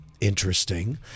interesting